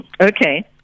Okay